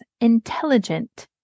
intelligent